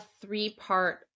three-part